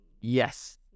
yes